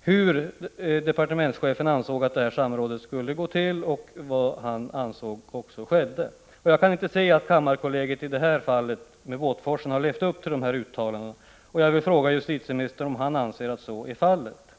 hur departementschefen ansåg att samrådet skulle gå till och också vad som enligt hans uppfattning skedde. Jag kan inte se att kammarkollegiet i fallet med Båtforsen har levt upp till dessa uttalanden. Jag vill fråga justitieministern om han anser att så är förhållandet.